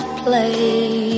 play